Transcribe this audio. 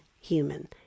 human